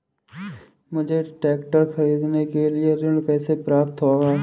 मुझे ट्रैक्टर खरीदने के लिए ऋण कैसे प्राप्त होगा?